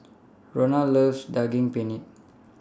Rona loves Daging Penyet